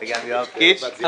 אתה וגם יואב קיש.